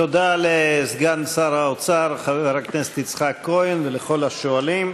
תודה לסגן שר האוצר חבר הכנסת יצחק כהן ולכל השואלים.